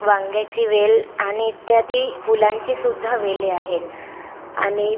वांग्याची वेल आणि इत्यादी फुलांची सुद्धा वेली आहेत आणि